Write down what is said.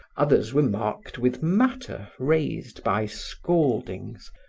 others were marked with matter raised by scaldings.